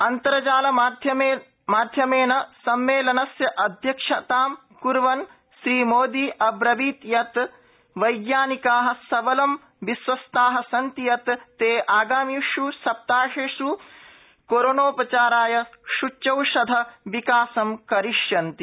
अन्तर्जाल माध्यमेन मेलनस्य अध्यक्षतां क्र्वन श्रीमोदी अब्रवीत यत वैज्ञानिकाः सबलं विश्वस्ताः सन्ति यत ी ते आगामिष् सप्ताहेष् कोरोनो चाराय सूच्यौषधस्य विकासं करिष्यन्ति